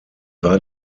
war